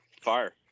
fire